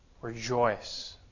rejoice